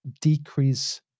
decrease